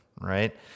right